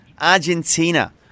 argentina